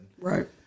Right